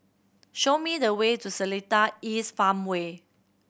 show me the way to Seletar East Farmway